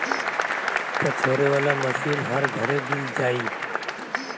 पछोरे वाला मशीन हर घरे मिल जाई